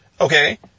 Okay